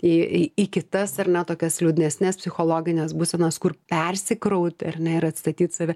į į į kitas ar ne tokias liūdnesnes psichologines būsenas kur persikrauti ar ne ir atstatyt save